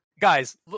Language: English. guys